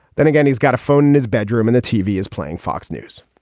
then again, he's got a phone in his bedroom and the tv is playing fox news